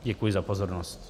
Děkuji za pozornost.